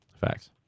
Facts